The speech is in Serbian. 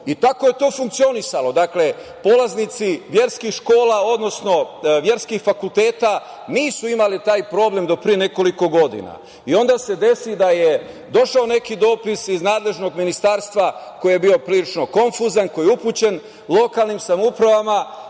školi. Tako je to funkcionisalo. Dakle, polaznici verskih škola, odnosno verskih fakulteta, nisu imali taj problem do pre nekoliko godina. I onda se desi da je došao neki dopis iz nadležnog ministarstva, koji je bio prilično konfuzan, koji je upućen lokalnim samoupravama